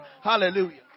hallelujah